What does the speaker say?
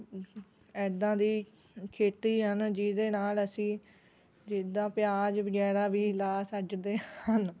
ਇੱਦਾਂ ਦੀ ਖੇਤੀ ਹਨ ਜਿਹਦੇ ਨਾਲ ਅਸੀਂ ਜਿੱਦਾਂ ਪਿਆਜ਼ ਵਗੈਰਾ ਵੀ ਲਾ ਸਕਦੇ ਹਨ